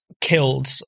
killed